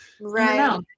Right